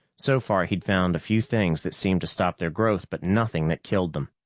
so far he'd found a few things that seemed to stop their growth, but nothing that killed them,